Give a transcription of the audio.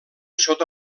sota